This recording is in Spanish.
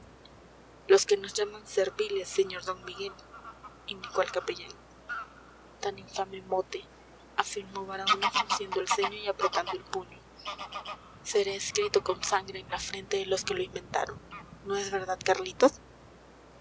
los que nos llaman serviles sr d miguel indicó el capellán tan infame mote afirmó baraona frunciendo el ceño y apretando el puño será escrito con sangre en la frente de los que lo inventaron no es verdad carlitos